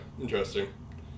interesting